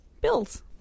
bills